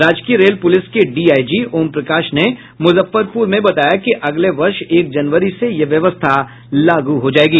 राजकीय rail police के DIG Omprakash ने मुजफ्फरपुर में बताया कि अगले वर्ष एक जनवरी से यह व्यवस्था लागू हो जायेगी